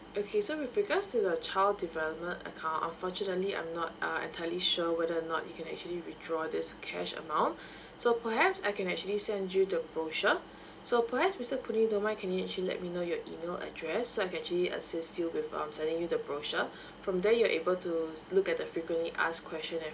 okay so with regards to the child development account unfortunately I'm not uh entirely sure whether or not you can actually withdraw this cash amount so perhaps I can actually send you the brochure so perhaps mister puh nee if you don't mind can you actually let me know your email address so I can actually assist you with um sending you the brochure from there you're able to look at the frequently asked question and